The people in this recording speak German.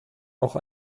auch